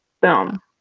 boom